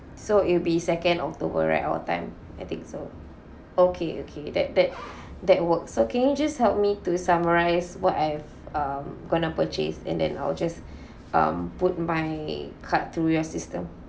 so it'll be second october right our time I think so okay okay that that that works so can you just help me to summarize what I've um going to purchase and then I'll just um put my card to your system